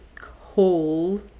hole